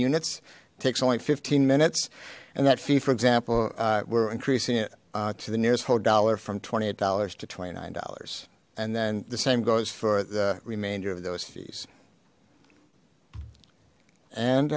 units takes only fifteen minutes and that fee for example we're increasing it to the nearest whole dollar from twenty eight dollars to twenty nine dollars and then the same goes for the remainder of those fees and